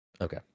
Okay